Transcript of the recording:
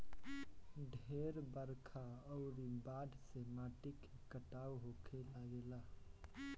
ढेर बरखा अउरी बाढ़ से माटी के कटाव होखे लागेला